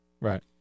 Right